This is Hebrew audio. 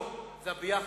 לא, זה היחד.